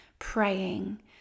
praying